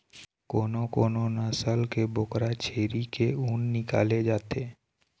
कोनो कोनो नसल के बोकरा छेरी के ऊन निकाले जाथे